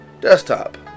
desktop